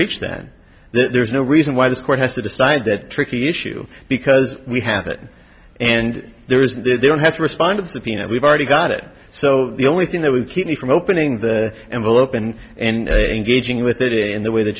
reach that there's no reason why this court has to decide that tricky issue because we have it and there is they don't have to respond to the subpoena we've already got it so the only thing that would keep me from opening the envelope and engaging with it in the way the